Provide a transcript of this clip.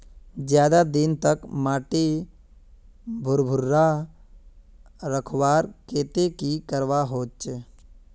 ज्यादा दिन तक माटी भुर्भुरा रखवार केते की करवा होचए?